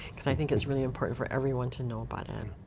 because i think it's really important for everyone to know about it.